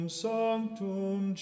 sanctum